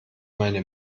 meine